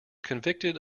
convicted